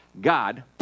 God